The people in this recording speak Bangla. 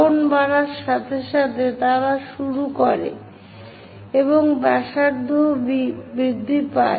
কোণ বাড়ার সাথে সাথে তারা শুরু করে এবং ব্যাসার্ধও বৃদ্ধি পায়